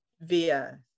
via